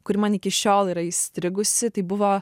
kuri man iki šiol yra įstrigusi tai buvo